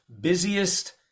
busiest